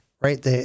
right